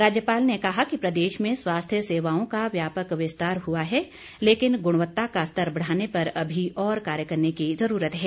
राज्यपाल ने कहा कि प्रदेश में स्वास्थ्य सेवाओं का व्यापक विस्तार हुआ है लेकिन गुणवत्ता का स्तर बढ़ाने पर अभी और कार्य करने की जुरूरत है